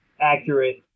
accurate